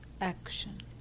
action